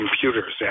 computers